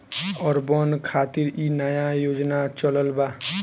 urban खातिर इ नया योजना चलल बा